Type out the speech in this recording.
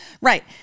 right